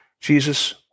Jesus